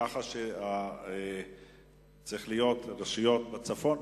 כך שזה צריך להיות "רשויות בצפון",